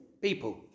People